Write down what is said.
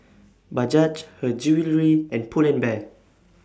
Bajaj Her Jewellery and Pull and Bear